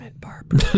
Barbara